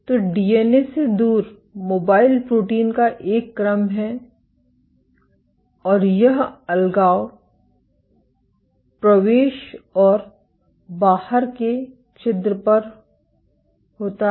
तो डीएनए से दूर मोबाइल प्रोटीन का एक क्रम है और यह अलगाव प्रवेश और बाहर के छिद्र पर होता है